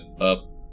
up